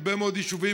הרבה מאוד יישובים,